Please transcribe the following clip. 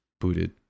booted